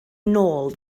nôl